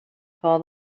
call